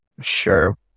sure